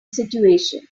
situation